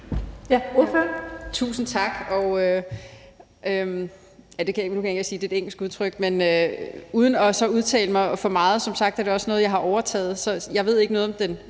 Thiesen (DF): Tusind tak. Nu kan jeg ikke engang sige det – det er et engelsk udtryk. Men uden så at udtale mig for meget er det som sagt også noget, jeg har overtaget, så jeg ved ikke noget om den